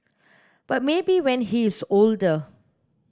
but maybe when he is older